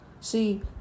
See